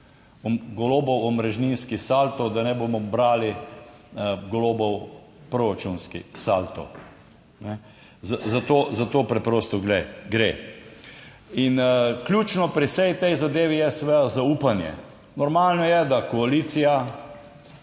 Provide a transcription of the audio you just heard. Golobov omrežninski salto, da ne bomo brali, Golobov proračunski salto, za to preprosto glej gre. In ključno pri vsej tej zadevi je seveda zaupanje. Normalno je, da koalicija